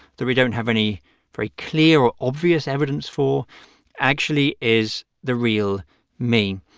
that we don't have any very clear or obvious evidence for actually is the real me.